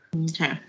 Okay